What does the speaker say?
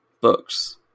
books